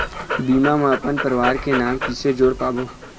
बीमा म अपन परवार के नाम किसे जोड़ पाबो?